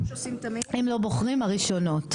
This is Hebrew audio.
אם לא בוחרים, הראשונות.